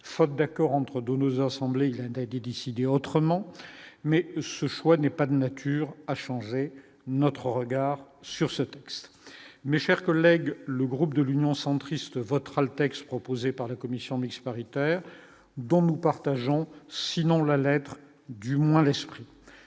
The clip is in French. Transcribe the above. faute d'accord entre donnent aux assemblées, l'Inde des décidé autrement, mais ce choix n'est pas de nature à changer notre regard sur ce texte mais, chers collègues, le groupe de l'Union centriste, votera le texte proposé par la commission mixte paritaire dont nous partageons, sinon la lettre, du moins l'esprit,